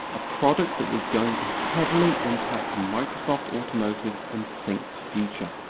a product that was going to heavily impact microsoft automotive's and sync's future.